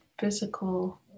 physical